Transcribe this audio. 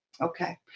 okay